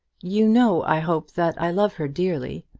you know, i hope, that i love her dearly.